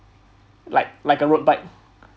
like like a road bike